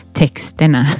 texterna